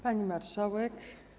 Pani Marszałek!